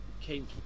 came